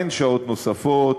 אין שעות נוספות,